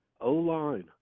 O-line